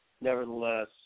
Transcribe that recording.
Nevertheless